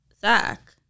Zach